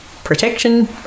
protection